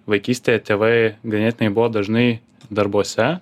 vaikystėje tėvai ganėtinai buvo dažnai darbuose